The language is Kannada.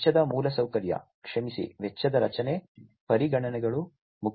ವೆಚ್ಚದ ಮೂಲಸೌಕರ್ಯ ಕ್ಷಮಿಸಿ ವೆಚ್ಚದ ರಚನೆ ಪರಿಗಣನೆಗಳು ಮುಖ್ಯ